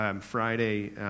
Friday